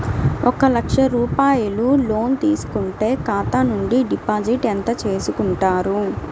ఒక లక్ష రూపాయలు లోన్ తీసుకుంటే ఖాతా నుండి డిపాజిట్ ఎంత చేసుకుంటారు?